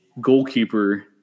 goalkeeper